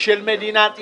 של מדינת ישראל.